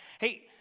Hey